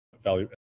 value